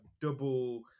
double